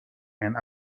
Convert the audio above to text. and